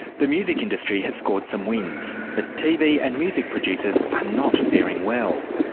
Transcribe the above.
the music industry has scored some wins, but tv and music producers are not faring well.